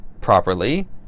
properly